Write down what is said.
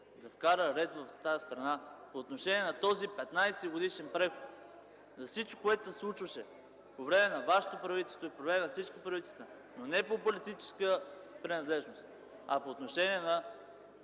да вкара ред в тази страна по отношение на 15-годишния преход и по всичко, което се случваше по време на Вашето правителство и по време на всички правителства, но не по политическа принадлежност, а по отношение на